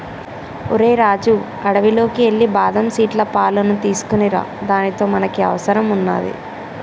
ఓరై రాజు అడవిలోకి ఎల్లి బాదం సీట్ల పాలును తీసుకోనిరా దానితో మనకి అవసరం వున్నాది